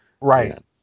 right